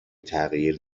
تغییر